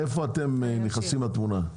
איפה אתם נכנסים לתמונה?